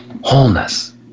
wholeness